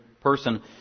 person